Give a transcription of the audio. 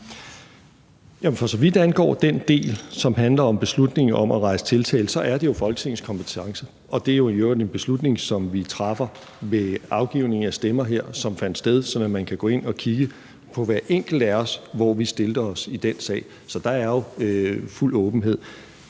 For så vidt angår den del, som handler om beslutningen om at rejse tiltale, så er det jo Folketingets kompetence, og det er i øvrigt en beslutning, som vi træffer ved afgivning af stemmer her – og som har fundet sted – sådan at man kan gå ind og kigge på, hvor hver enkelt af os stillede os i den sag. Så der er jo fuld åbenhed.